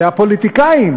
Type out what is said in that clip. והפוליטיקאים